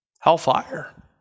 Hellfire